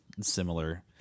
similar